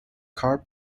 car